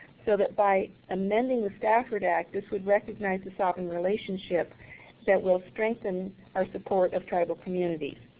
so that by amending the stafford act, this would recognize the sovereign relationship that will strengthen our support of tribal communities.